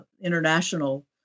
international